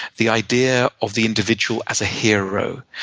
the idea of the individual as a hero.